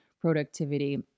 productivity